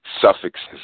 suffixes